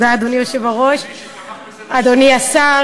התשע"ו 2016,